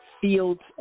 fields